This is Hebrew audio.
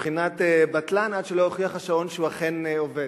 בבחינת בטלן עד שלא יוכיח השעון שהוא אכן עובד.